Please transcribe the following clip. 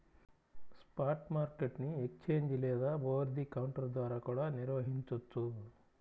spot market ని exchange లేదా over the counter ద్వారా కూడా నిర్వహించొచ్చు